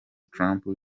trump